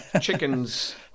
chickens